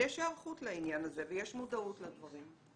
יש היערכות לעניין הזה ויש מודעות לדברים.